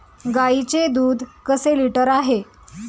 गाईचे दूध कसे लिटर आहे?